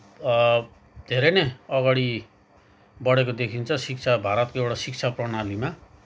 धेरै नै अगाडि बढेको देखिन्छ शिक्षा भारतको एउटा शिक्षा प्रणालीमा